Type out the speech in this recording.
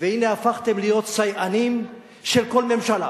והנה הפכתם להיות סייענים של כל ממשלה,